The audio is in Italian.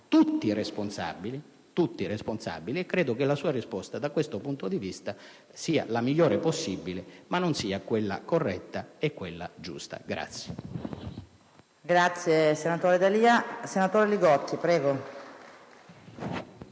ci sentiamo tutti responsabili e credo che la sua risposta, da questo punto di vista, sia la migliore possibile, ma non sia quella corretta e giusta.